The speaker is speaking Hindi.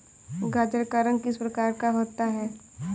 गाजर का रंग किस प्रकार का होता है?